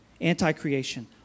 anti-creation